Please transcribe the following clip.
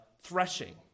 threshing